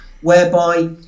whereby